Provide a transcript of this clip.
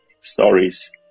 stories